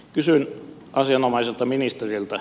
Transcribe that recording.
kysyn asianomaiselta ministeriltä